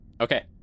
Okay